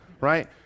right